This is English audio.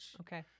Okay